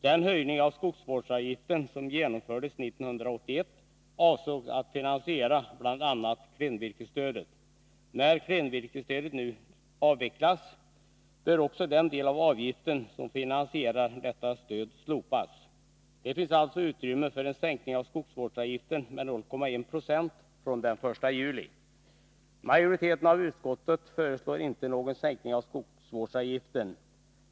Den höjning av skogsvårdsavgiften som genomfördes 1981 avsåg att finansiera bl.a. klenvirkesstödet. När klenvirkesstödet nu avvecklas bör också den del av avgiften som finansierar detta stöd slopas. Det finns alltså utrymme för en sänkning av skogsvårdsavgiften med 0,1 96 fr.o.m. den 1 juli. Majoriteten i utskottet föreslår inte någon sänkning av skogsvårdsavgiften.